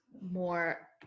more